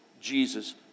Jesus